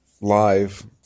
Live